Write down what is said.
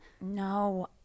No